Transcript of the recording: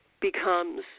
becomes